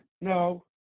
No